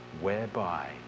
whereby